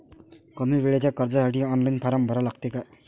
कमी वेळेच्या कर्जासाठी ऑनलाईन फारम भरा लागते का?